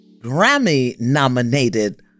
Grammy-nominated